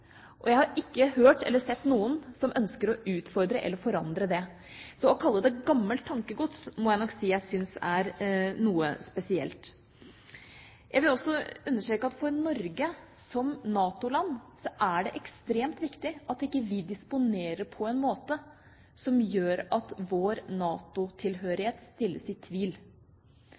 Jeg har ikke hørt eller sett noen som ønsker å utfordre eller forandre det, så å kalle det gammelt tankegods, må jeg nok si jeg syns er noe spesielt. Jeg vil også understreke at for Norge som NATO-land er det ekstremt viktig at vi ikke disponerer på en måte som gjør at vår NATO-tilhørighet stilles i tvil.